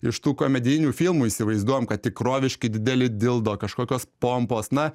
iš tų komedijinių filmų įsivaizduojam kad tikroviški dideli dildo kažkokios pompos na